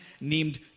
named